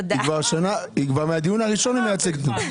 היא מהדיון הראשון מייצגת.